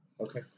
Okay